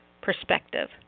perspective